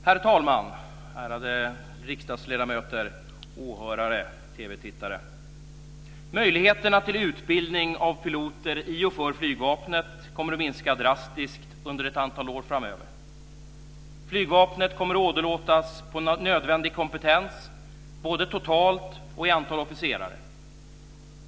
Herr talman! Ärade riksdagsledamöter, åhörare och TV-tittare! Möjligheterna till utbildning av piloter i och för flygvapnet kommer att minska drastiskt under ett antal år framöver. Flygvapnet kommer att åderlåtas på nödvändig kompetens både totalt och vad gäller antal officerare.